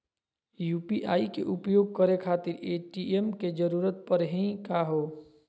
UPI के उपयोग करे खातीर ए.टी.एम के जरुरत परेही का हो?